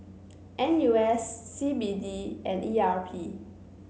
N U S C B D and E R P